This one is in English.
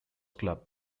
club